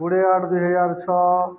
କୋଡ଼ିଏ ଆଠ ଦୁଇହଜାର ଛଅ